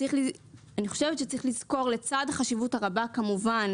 אני חושבת שלצד החשיבות הרבה כמובן